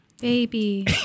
baby